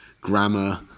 grammar